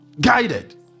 guided